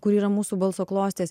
kur yra mūsų balso klostės